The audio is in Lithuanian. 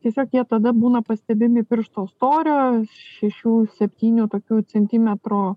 tiesiog jie tada būna pastebimi piršto storio šešių septynių tokių centimetrų